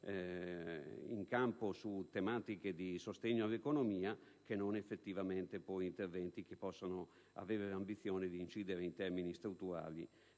in campo su tematiche di sostegno all'economia, che non effettivamente interventi che possano avere l'ambizione di incidere in termini strutturali